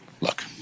Look